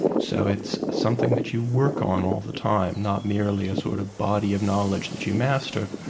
so it's something that you work on all the time, not merely a sort of body of knowledge that you master.